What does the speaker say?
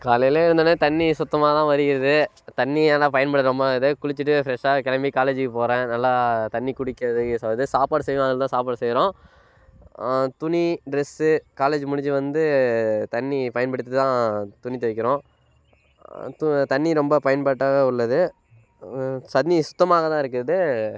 காலையில் எழுந்தோனேயே தண்ணி சுத்தமாக தான் வருகிறது தண்ணி எதனால் பயன்பாடு ரொம்ப இது குளிச்சுட்டு ஃப்ரெஷ்ஷாக கிளம்பி காலேஜுக்கு போகிறேன் நல்லா தண்ணி குடிக்கிறதுக்கு யூஸ் ஆகுது சாப்பாடு செய்யவும் அதில்தான் சாப்பாடு செய்கிறோம் துணி டிரெஸ்ஸு காலேஜு முடிஞ்சு வந்து தண்ணி பயன்படுத்தி தான் துணி துவைக்கிறோம் து தண்ணி ரொம்ப பயன்பாட்டாக தான் உள்ளது தண்ணி சுத்தமாக தான் இருக்கிறது